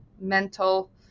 mental